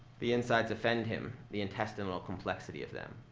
the insides offend him, the intestinal complexity of them.